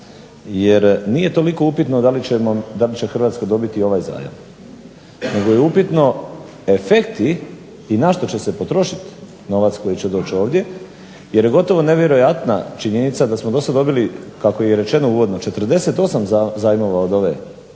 jer nije toliko upitno da li ćemo, da li će Hrvatska dobiti i ovaj zajam nego je upitno efekti i na što će se potrošiti novac koji će doći ovdje jer je gotovo nevjerojatna činjenica da smo dosad dobili kako je i rečeno uvodno 48 zajmova od ove banke